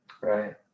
right